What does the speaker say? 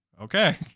okay